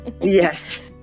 Yes